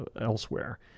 elsewhere